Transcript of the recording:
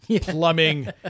plumbing